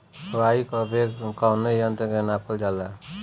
वायु क वेग कवने यंत्र से नापल जाला?